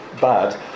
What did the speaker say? bad